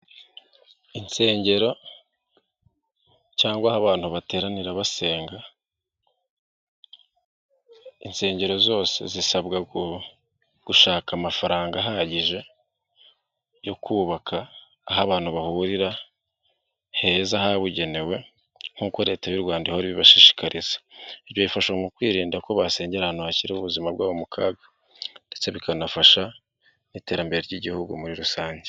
Insengero cyangwa se aho abantu bateranira basenga, insengero zose zisabwa gushaka amafaranga ahagije yo kubaka aho abantu bahurira heza ahabugenewe nk'uko leta y'u Rwanda ihora ibibashishiriza. Ibyo bifasha mu kwirinda ko basengera ahantu hashyira ubuzima bwabo mu kaga ndetse bikanafasha n'iterambere ry'igihugu muri rusange.